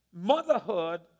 Motherhood